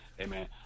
Amen